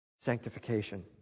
Sanctification